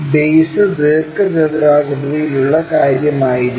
base ദീർഘചതുരാകൃതിയിലുള്ള കാര്യമായിരിക്കാം